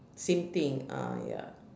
same thing uh ya